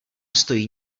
stojí